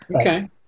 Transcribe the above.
Okay